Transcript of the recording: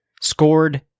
scored